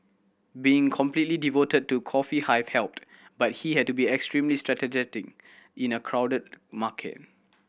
being completely devoted to Coffee Hive helped but he had to be extremely in a crowded market